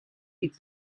gibt